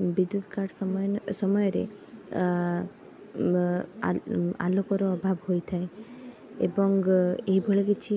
ବିଦ୍ୟୁତ କାଟ ସମୟ ସମୟରେ ଆଲୋକର ଅଭାବ ହୋଇଥାଏ ଏବଂ ଏଇଭଳି କିଛି